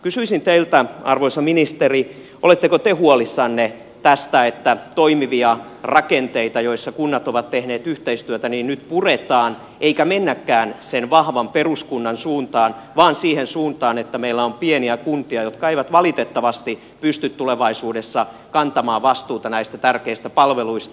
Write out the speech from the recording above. kysyisin teiltä arvoisa ministeri oletteko te huolissanne tästä että toimivia rakenteita joissa kunnat ovat tehneet yhteistyötä nyt puretaan eikä mennäkään sen vahvan peruskunnan suuntaan vaan siihen suuntaan että meillä on pieniä kuntia jotka eivät valitettavasti pysty tulevaisuudessa kantamaan vastuuta näistä tärkeistä palveluista